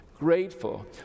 grateful